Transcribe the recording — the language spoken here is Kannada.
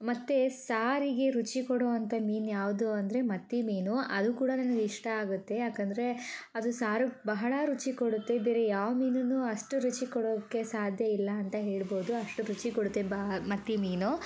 ಮತ್ತು ಸಾರಿಗೆ ರುಚಿ ಕೊಡೋವಂಥ ಮೀನು ಯಾವುದು ಅಂದರೆ ಮತ್ತಿ ಮೀನು ಅದು ಕೂಡ ನನಗಿಷ್ಟ ಆಗುತ್ತೆ ಯಾಕಂದರೆ ಅದು ಸಾರು ಬಹಳ ರುಚಿ ಕೊಡುತ್ತೆ ಬೇರೆ ಯಾವ ಮೀನನ್ನು ಅಷ್ಟು ರುಚಿ ಕೊಡೋಕ್ಕೆ ಸಾಧ್ಯ ಇಲ್ಲ ಅಂತ ಹೇಳ್ಬೋದು ಅಷ್ಟು ರುಚಿ ಕೊಡುತ್ತೆ ಮತ್ತಿ ಮೀನು